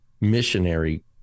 missionary